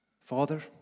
Father